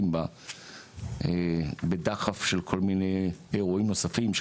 בה בדחף של כל מיני אירועים נוספים,